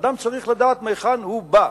אדם צריך לדעת מהיכן הוא בא,